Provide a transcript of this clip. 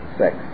sex